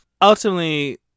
ultimately